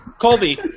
Colby